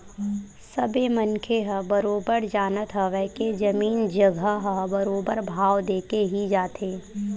सबे मनखे ह बरोबर जानत हवय के जमीन जघा ह बरोबर भाव देके ही जाथे